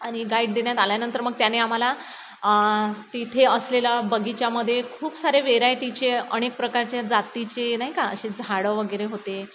आणि गाईड देण्यात आल्यानंतर मग त्याने आम्हाला तिथे असलेल्या बगीचामध्ये खूप सारे वेरायटीचे अनेक प्रकारच्या जातीचे नाही का असे झाडं वगैरे होते